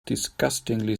disgustingly